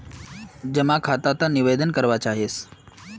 जमा खाता त निवेदन करवा चाहीस?